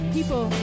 People